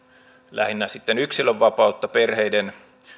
lähinnä sitten yksilönvapautta perheiden